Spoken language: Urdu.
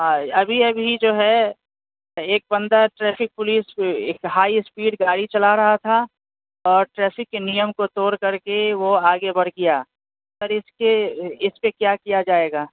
ہاں ابھی ابھی جو ہے ایک بندہ ٹریفک پولیس کو ایک ہائی اسپیڈ گاڑی چلا رہا تھا اور ٹریفک کے نیم کو توڑ کر کے وہ آگے بڑھ گیا سر اس کے اس پہ کیا کیا جائے گا